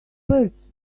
words